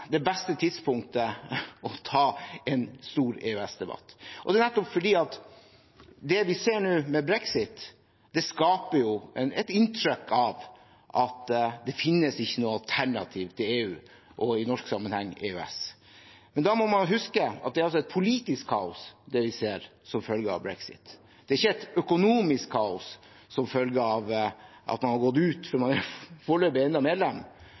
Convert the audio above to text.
det beste tidspunktet for å ta en stor EØS-debatt, og det er nettopp fordi det vi ser nå, med brexit, skaper et inntrykk av at det ikke finnes noe alternativ til EU og i norsk sammenheng EØS. Men da må vi huske at det er et politisk kaos, det vi ser som følge av brexit. Det er ikke et økonomisk kaos som følge av at man har gått ut – for man er foreløpig ennå medlem.